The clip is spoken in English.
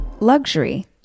Luxury